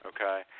okay